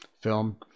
film